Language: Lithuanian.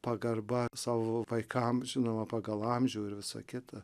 pagarba savo vaikam žinoma pagal amžių ir visa kita